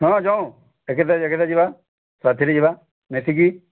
ହଁ ଦେଖିତେ ଦେଖିତେ ଯିବା ସାଥିରେ ଯିବା ମିଶିକି